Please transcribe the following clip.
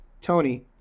Tony